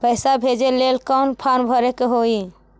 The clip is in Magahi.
पैसा भेजे लेल कौन फार्म भरे के होई?